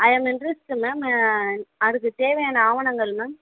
I am interest ma'am அதுக்கு தேவையான ஆவணங்கள் மேம்